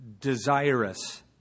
desirous